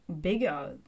bigger